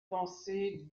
penser